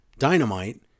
Dynamite